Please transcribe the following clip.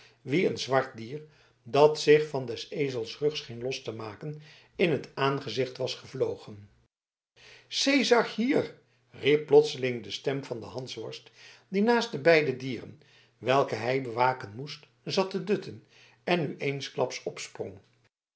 wien een zwart dier dat zich van des ezels rug scheen los te maken in t aangezicht was gevlogen cezar hier riep plotseling de stem van den hansworst die naast de beide dieren welke hij bewaken moest zat te dutten en nu eensklaps opsprong